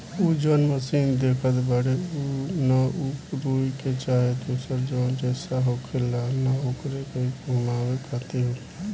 उ जौन मशीन देखत बाड़े न उ रुई के चाहे दुसर जौन रेसा होखेला न ओकरे के घुमावे खातिर होखेला